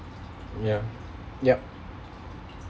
yeah yup